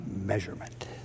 measurement